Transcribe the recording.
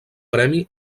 premi